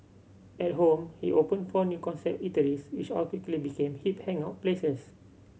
at home he opened four new concept eateries which all quickly became hip hangout places